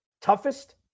toughest